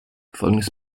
folgendes